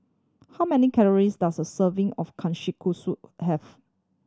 how many calories does a serving of Kushikatsu have